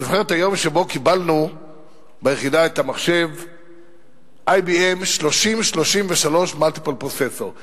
אני זוכר את היום שבו קיבלנו ביחידה את המחשבIBM 3033 Multiprocessor .